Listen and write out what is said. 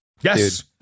Yes